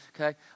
okay